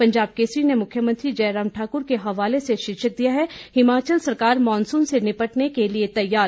पंजाब केसरी ने मुख्यमंत्री जयराम ठाकुर के हवाले से शीर्षक दिया है हिमाचल सरकार मानसून से निपटने के लिए तैयार